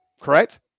Correct